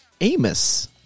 Amos